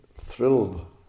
thrilled